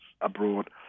abroad